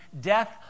death